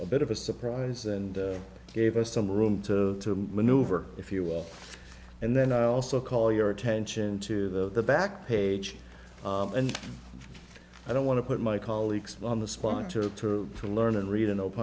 a bit of a surprise and gave us some room to maneuver if you will and then i also call your attention to the back page and i don't want to put my colleagues on the spot to to learn and read and op